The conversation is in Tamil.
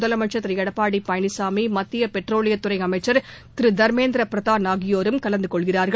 முதலமைச்ச் திரு எடப்பாடி பழனிசாமி மத்திய பெட்ரோலியத் துறை அமைச்சர் திரு தர்மேந்திர பிரதான் ஆகியோரும் கலந்து கொள்கிறார்கள்